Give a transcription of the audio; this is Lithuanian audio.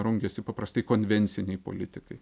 rungiasi paprastai konvenciniai politikai